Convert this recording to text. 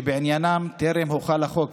שבעניינם טרם הוחל החוק,